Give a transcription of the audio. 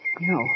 No